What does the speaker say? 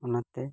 ᱚᱱᱟᱛᱮ